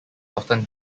often